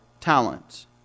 talents